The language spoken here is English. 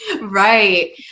right